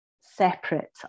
separate